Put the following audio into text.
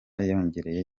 yariyongereye